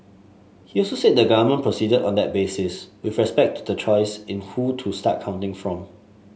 he also said the government proceeded on that basis with respect to the choice in who to start counting from